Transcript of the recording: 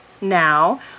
now